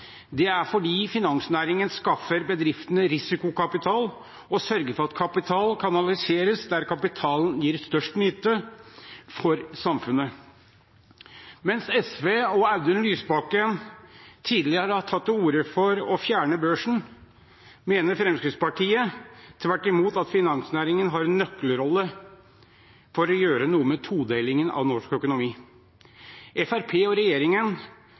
Det er fordi finansnæringen skaffer bedriftene risikokapital og sørger for at kapital kanaliseres der kapitalen gir størst nytte for samfunnet. Mens SV og Audun Lysbakken tidligere har tatt til orde for å fjerne børsen, mener Fremskrittspartiet tvert imot at finansnæringen har en nøkkelrolle for å gjøre noe med todelingen av norsk økonomi. Fremskrittspartiet og regjeringen